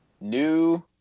new